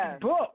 book